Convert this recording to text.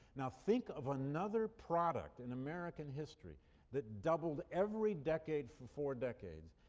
now think of another product in american history that doubled every decade for four decades,